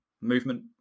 movement